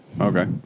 Okay